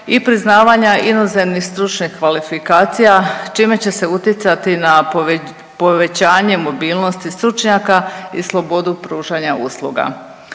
i priznavanja inozemnih stručnih kvalifikacija čime će se utjecati na povećanje mobilnosti stručnjaka i slobodu pružanja usluga.